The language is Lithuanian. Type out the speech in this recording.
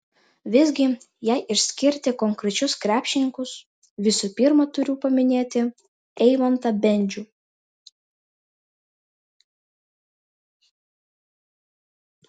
visgi jei išskirti konkrečius krepšininkus visų pirma turiu paminėti eimantą bendžių